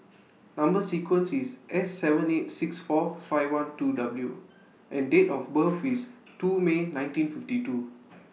Number sequence IS S seven eight six four five one two W and Date of birth IS two May nineteen fifty two